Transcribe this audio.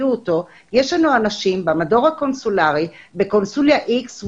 לנו אנשים במדור הקונסולרי בקונסוליה X,